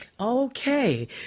Okay